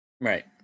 Right